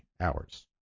hours